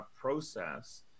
process